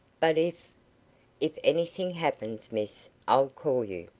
but if if anything happens, miss, i'll call you.